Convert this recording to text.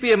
P M